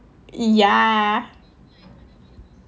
ya